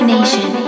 Nation